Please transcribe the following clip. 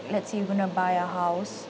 let's say you gonna buy a house